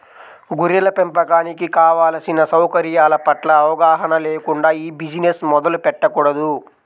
గొర్రెల పెంపకానికి కావలసిన సౌకర్యాల పట్ల అవగాహన లేకుండా ఈ బిజినెస్ మొదలు పెట్టకూడదు